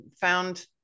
found